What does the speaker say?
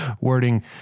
wording